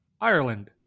Ireland